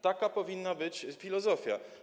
Taka powinna być filozofia.